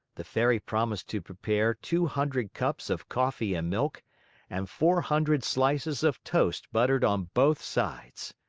the fairy promised to prepare two hundred cups of coffee-and-milk and four hundred slices of toast buttered on both sides.